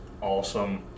awesome